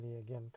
again